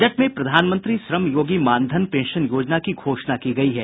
budget में प्रधानमंत्री श्रम योगी मानधन पेंशन योजना की घोषणा की गई है